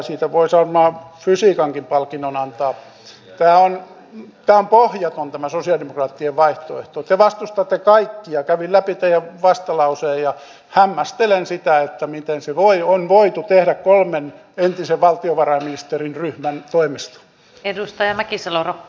ei voi sormi fysiikankin palkinnon antaa jalan ja pohjatonta masosen rokki vaihtui tukevasti totta kai jättävillä tyttöjä vastalausuja hyväksyä asennetta että miten se voi on voitu tehdä kolmen entisen valtiovarainministerin leikkaus tarkoittaa automaattisesti huononnusta